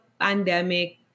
pandemic